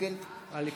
בעד